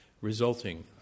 resulting